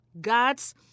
God's